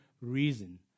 reason